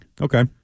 Okay